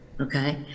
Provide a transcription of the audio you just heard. Okay